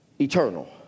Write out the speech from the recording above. eternal